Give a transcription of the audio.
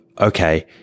okay